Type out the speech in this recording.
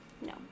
No